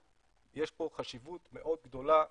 יש פה חשיבות מאוד גדולה